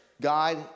God